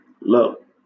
look